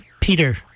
Peter